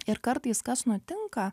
ir kartais kas nutinka